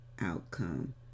outcome